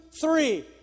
three